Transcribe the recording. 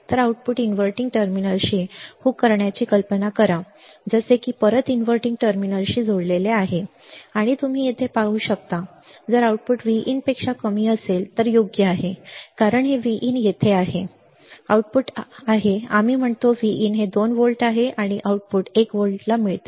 तर आऊटपुटला इनव्हर्टिंग टर्मिनलशी हुक करण्याची कल्पना करा जसे की हे परत इन्व्हर्टिंग टर्मिनलशी जोडलेले आहे आणि तुम्ही येथे पाहू शकता जर आउटपुट Vin पेक्षा कमी असेल तर योग्य आहे कारण हे Vin येथे आहे बरोबर आहे आउटपुट आहे आम्ही म्हणतो Vin हे 2 व्होल्ट आहे आणि आउटपुट 1 व्होल्टला मिळते